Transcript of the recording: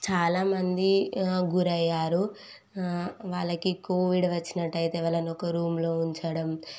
చాలామంది గురి అయ్యారు వాళ్ళకి కోవిడ్ వచ్చినట్టయితే వాళ్ళను ఒక రూంలో ఉంచడం